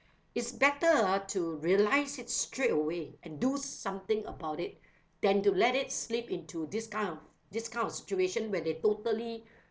it's better ah to realise it straight away and do something about it than to let it slip into this kind of this kind of situation where they totally